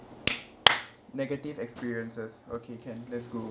negative experiences okay can let's go